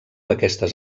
aquestes